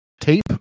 Tape